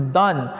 done